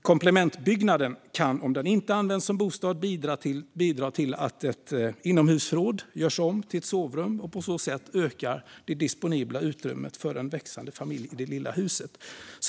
Komplementbyggnaden kan, om den inte används som bostad, bidra till att ett inomhusförråd kan göras om till ett sovrum. På så sätt ökar det disponibla utrymmet för en växande familj i det lilla huset.